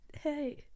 Hey